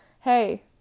hey